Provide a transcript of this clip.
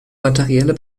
materielle